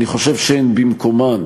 אני חושב שהם במקומם.